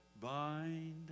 Bind